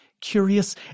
curious